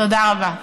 תודה רבה.